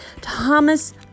Thomas